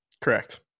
Correct